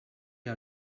you